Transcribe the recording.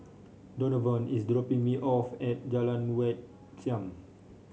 Donavon is dropping me off at Jalan Wat Siam